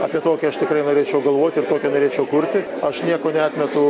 apie tokią aš tikrai norėčiau galvoti ir tokią norėčiau kurti aš nieko neatmetu